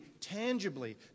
tangibly